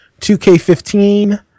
2K15